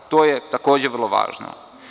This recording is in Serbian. To je takođe vrlo važno.